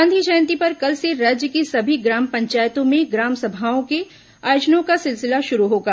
गांधी जयंती पर कल से राज्य की सभी ग्राम पंचायतों में ग्राम सभाओं के आयोजनों का सिलसिला शुरू होगा